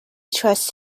trust